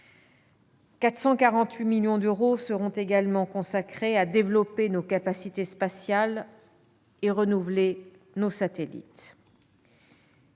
448 millions d'euros seront consacrés à développer nos capacités spatiales et renouveler nos satellites.